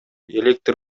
электр